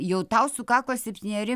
jau tau sukako septyneri